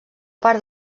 part